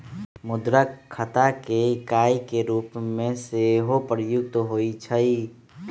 मुद्रा खता के इकाई के रूप में सेहो प्रयुक्त होइ छइ